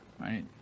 right